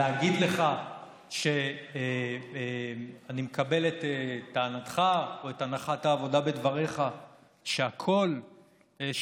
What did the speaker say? להגיד לך שאני מקבל את טענתך או את הנחת העבודה בדבריך שהכול שחור?